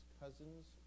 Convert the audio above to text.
cousins